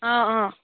অঁ অঁ